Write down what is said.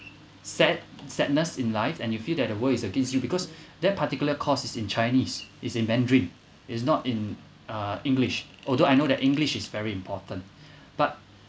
sad sadness in life and you feel that the world is against you because that particular course is in chinese is in mandarin is not in uh english although I know that english is very important but